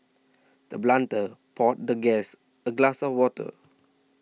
the blunt a poured the guest a glass of water